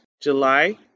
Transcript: July